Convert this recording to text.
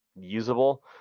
usable